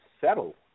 settle